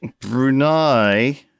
Brunei